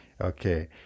okay